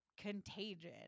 contagion